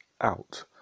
out